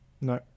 No